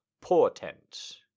Portent